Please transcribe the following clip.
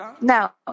Now